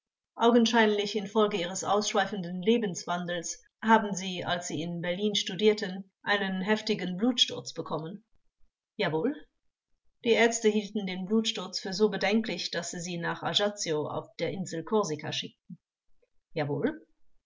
augenscheinlich infolge ihres ausschweifenden lebenswandels haben sie als sie in berlin studierten dierten einen heftigen blutsturz bekommen angekl jawohl vors die ärzte hielten den blutsturz für so bedenklich daß sie sie nach ajaccio auf der insel korsika schickten angekl jawohl